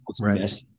Right